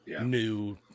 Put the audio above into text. new